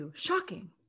Shocking